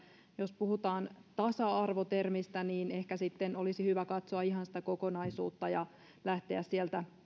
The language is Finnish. jos puhutaan tasa arvo termistä niin ehkä olisi hyvä katsoa ihan sitä kokonaisuutta ja lähteä sieltä